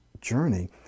journey